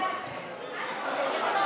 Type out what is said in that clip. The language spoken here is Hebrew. ההצעה